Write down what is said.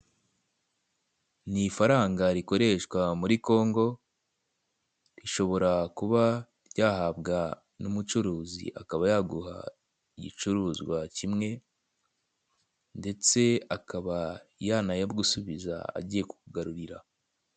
Ni ifaranga rikoreshwa muri Kongo rishobora kuba ryahabwa n'umucuruzi akaba yaguha igicuruzwa kimwe ndetse akaba yanayagusubiza agiye kukugarurira.